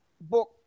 book